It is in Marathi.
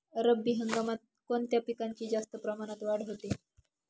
रब्बी हंगामात कोणत्या पिकांची जास्त प्रमाणात वाढ होते?